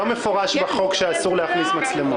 לא מפורש בחוק שאסור להכניס מצלמות.